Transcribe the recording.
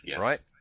right